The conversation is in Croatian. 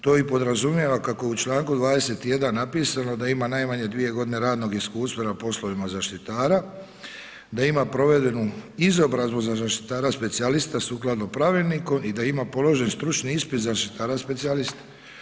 To i podrazumijeva kako u čl. 21. napisano da ima najmanje 2 godine radnog iskustava na poslovima zaštitara, da ima provjerenu izobrazbu za zaštitara-specijalista, sukladno pravilniku i da ima položen stručni ispit zaštitara-specijalista.